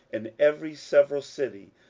in every several city,